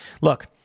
Look